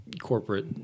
corporate